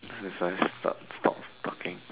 this is why stop stop talking